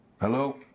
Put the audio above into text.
hello